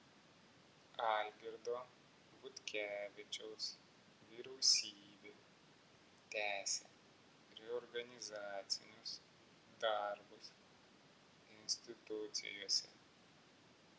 algirdo butkevičiaus vyriausybė tęsią reorganizacinius darbus institucijose